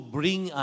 bring